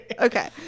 okay